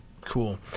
Cool